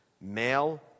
male